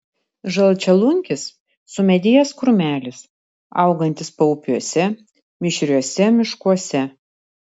žalčialunkis sumedėjęs krūmelis augantis paupiuose mišriuose miškuose